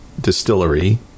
distillery